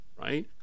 right